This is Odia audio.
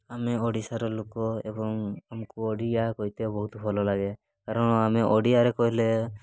ଆମେ ଓଡ଼ିଶାର ଲୋକ ଏବଂ ଆମକୁ ଓଡ଼ିଆ କହିତେ ବହୁତ ଭଲ ଲାଗେ କାରଣ ଆମେ ଓଡ଼ିଆରେ କହିଲେ